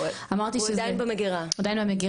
הוא עדיין במגירה.